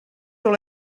dans